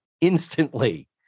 instantly